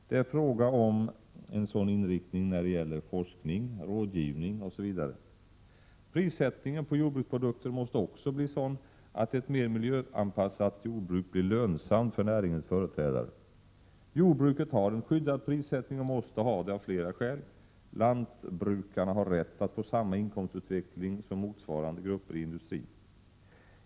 Det är fråga om en sådan inriktning när det gäller forskning, rådgivning osv. 3 Prissättningen på jordbruksprodukter måste också bli sådan att ett mer miljöanpassat jordbruk blir lönsamt för näringens företrädare. Jordbruket har en skyddad prissättning och måste ha det av flera skäl. Lantbrukarna har rätt att få samma inkomstutveckling som motsvarande grupper i industrin.